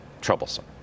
troublesome